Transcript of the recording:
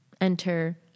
enter